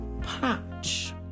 Patch